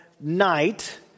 night